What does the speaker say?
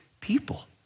people